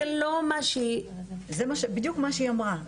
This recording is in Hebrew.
לא מה שהיא --- זה בדיוק מה שהיא אמרה,